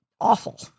awful